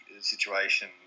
situation